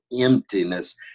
emptiness